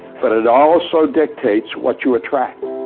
but it also dictates what you attract.